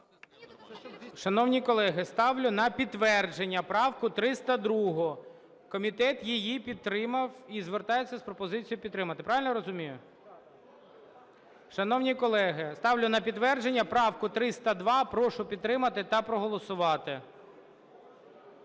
Шановні колеги, ставлю на підтвердження правку 302. Комітет її підтримав і звертається з пропозицією підтримати. Правильно я розумію? Шановні колеги, ставлю на підтвердження правку 302. Прошу підтримати та проголосувати.